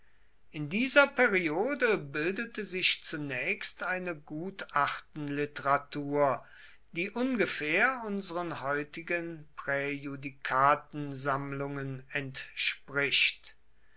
in dieser periode bildete sich zunächst eine gutachtenliteratur die ungefähr unseren heutigen präjudikatensammlungen entspricht